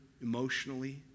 emotionally